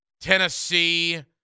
Tennessee